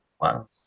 Wow